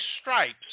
stripes